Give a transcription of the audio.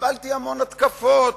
קיבלתי המון התקפות,